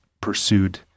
pursued